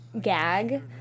gag